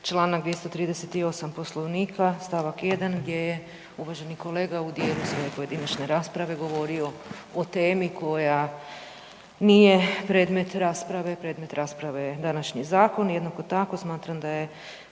čl. 238. Poslovnika, st. 1. gdje je uvaženi kolega u dijelu svoje pojedinačne rasprave govorio o temi koja nije predmet rasprave, predmet rasprave je današnji zakon. Jednako tako smatram da je